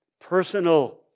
personal